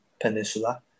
Peninsula